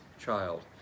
child